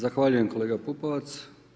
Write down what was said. Zahvaljujem kolega Pupovac.